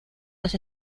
los